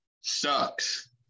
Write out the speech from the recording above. sucks